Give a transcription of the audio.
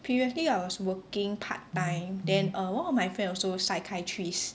previously I was working part time then uh one of my friend also psychiatrist